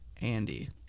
Andy